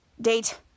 date